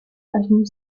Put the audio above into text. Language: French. avenue